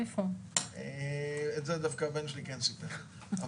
את זה דווקא הבן שלי כן סיפר לי.